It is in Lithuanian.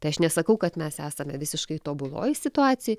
tai aš nesakau kad mes esame visiškai tobuloj situacijoj